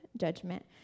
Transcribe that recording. judgment